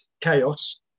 chaos